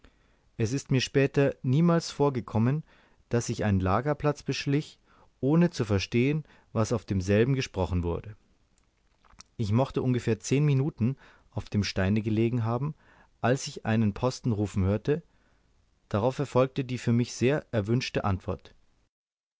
es ist mir später niemals vorgekommen daß ich einen lagerplatz beschlich ohne zu verstehen was auf demselben gesprochen wurde ich mochte ungefähr zehn minuten auf dem steine gelegen haben als ich einen posten rufen hörte darauf erfolgte die für mich sehr erwünschte antwort